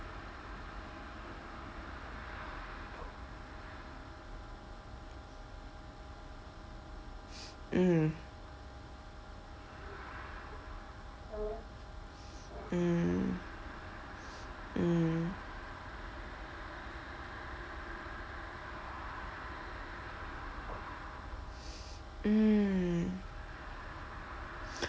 mm mm mm mm